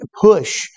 push